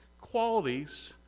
qualities